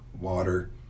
water